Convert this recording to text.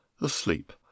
asleep